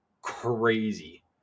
crazy